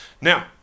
Now